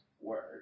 Word